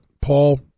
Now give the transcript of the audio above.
Paul